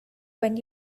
when